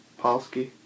Polsky